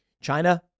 China